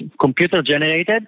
computer-generated